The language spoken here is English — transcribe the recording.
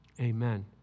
Amen